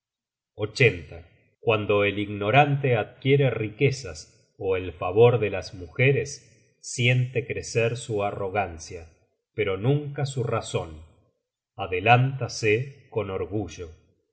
veleidosa cuando el ignorante adquiere riquezas ó el favor de las mujeres siente crecer su arrogancia pero nunca su razon adelántase con orgullo y